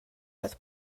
oedd